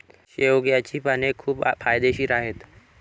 शेवग्याची पाने खूप फायदेशीर आहेत